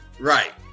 right